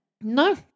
No